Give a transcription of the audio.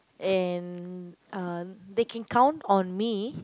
in uh they can count on me